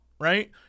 right